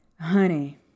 honey